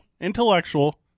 intellectual